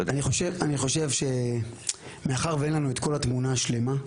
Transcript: אני חושב שמאחר שאין לנו את התמונה השלמה,